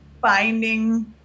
finding